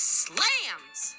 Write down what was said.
slams